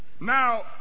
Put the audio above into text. now